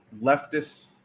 leftist